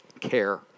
care